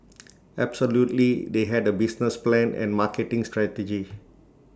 absolutely they had A business plan and marketing strategy